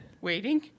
waiting